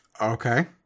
okay